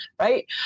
right